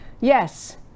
Yes